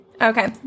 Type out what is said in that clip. Okay